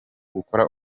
gukora